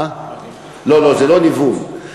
לא ניוון?